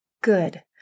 good